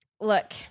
Look